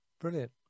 Brilliant